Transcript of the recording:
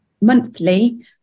monthly